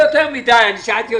מדי.